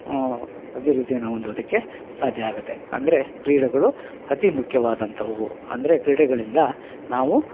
ಅಭಿವೃದ್ದಿಯನ್ನ ಹೊಂದೋದಿಕ್ಕೆ ಸಾಧ್ಯ ಆಗುತ್ತೆ ಅಂದರೆ ಕ್ರೀಡೆಗಳು ಅತೀ ಮುಖ್ಯವಾದಂಥವು ಅಂದರೆ ಕ್ರೀಡೆಗಳಿಂದ ನಾವು